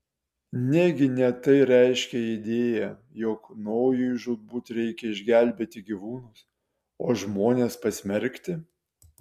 negi ne tai reiškia idėja jog nojui žūtbūt reikia išgelbėti gyvūnus o žmones pasmerkti